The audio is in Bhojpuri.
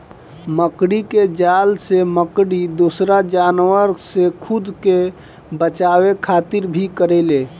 मकड़ी के जाल से मकड़ी दोसरा जानवर से खुद के बचावे खातिर भी करेले